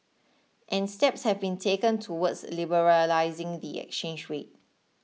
and steps have been taken towards liberalising the exchange rate